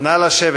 נא לשבת.